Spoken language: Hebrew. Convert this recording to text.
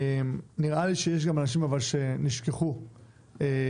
אבל נראה לי שיש גם אנשים שנשכחו בדרך,